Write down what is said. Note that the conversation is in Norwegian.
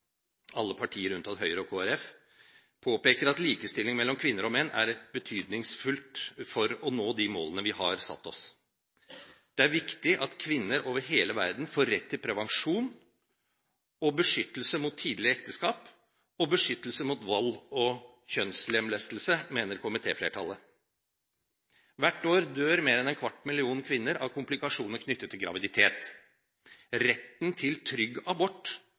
alle partier unntatt Høyre og Kristelig Folkeparti, påpeker at likestilling mellom kvinner og menn er betydningsfullt for å nå de målene vi har satt oss. Det er viktig at kvinner over hele verden får rett til prevensjon, beskyttelse mot tidlig ekteskap, vold og kjønnslemlestelse, mener komitéflertallet. Hvert år dør mer enn en kvart million kvinner av komplikasjoner knyttet til graviditet. Retten til trygg abort